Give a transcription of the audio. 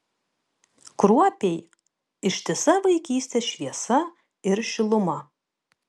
kruopiai ištisa vaikystės šviesa ir šiluma